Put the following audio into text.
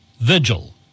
Vigil